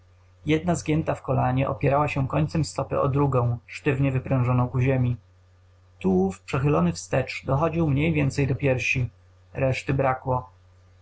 jedna zgięta w kolanie opierała się końcem stopy o drugą sztywnie wyprężoną ku ziemi tułów przechylony wstecz dochodził mniej więcej do piersi reszty brakło